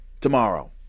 Tomorrow